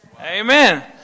Amen